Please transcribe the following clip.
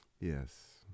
Yes